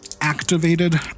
activated